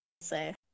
say